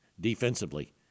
defensively